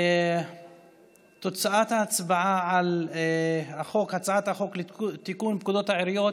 בתוצאת ההצבעה על הצעת חוק לתיקון פקודת העיריות: